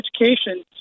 Education